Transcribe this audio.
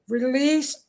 Release